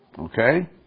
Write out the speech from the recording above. Okay